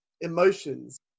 emotions